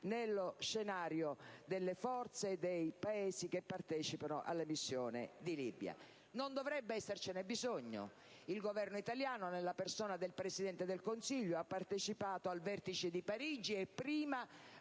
nello scenario delle forze dei Paesi che partecipano alla missione in Libia. Non dovrebbe essercene bisogno: il Governo italiano, nella persona del Presidente del Consiglio, ha partecipato al vertice di Parigi e, prima,